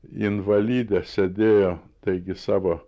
invalidė sėdėjo taigi savo